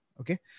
Okay